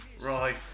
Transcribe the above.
Right